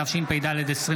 התשפ"ד 2024,